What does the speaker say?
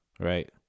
Right